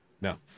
no